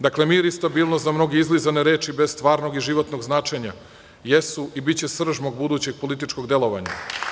Dakle, mir i stabilnost, za mnoge izlizane reči bez stvarnog i životnog značenja, jesu i biće srž mog budućeg političkog delovanja.